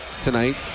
tonight